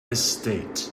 estate